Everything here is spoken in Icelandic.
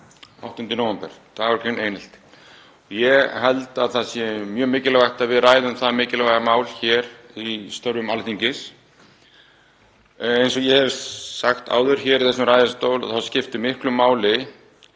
8. nóvember, er dagur gegn einelti. Ég held að það sé mjög mikilvægt að við ræðum það mikilvæga mál hér í störfum Alþingis. Eins og ég hef sagt áður í þessum ræðustól þá skiptir miklu máli